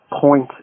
point